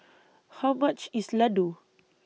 How much IS Laddu